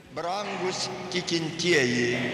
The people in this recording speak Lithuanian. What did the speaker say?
brangūs tikintieji